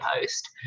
post